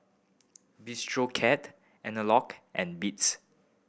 Bistro Cat Anello and Beats